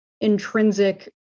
intrinsic